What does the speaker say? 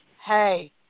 hey